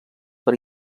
per